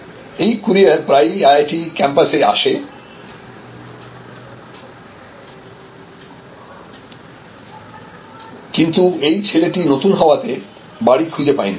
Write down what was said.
এই কুরিয়ার প্রায়ই আইআইটি ক্যাম্পাসে আসে কিন্তু এই ছেলেটি নতুন হওয়াতে বাড়ি খুঁজে পায়নি